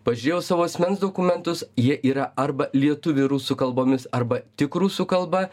pažiūrėjau savo asmens dokumentus jie yra arba lietuvių ir rusų kalbomis arba tik rusų kalba